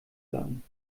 laden